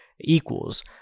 equals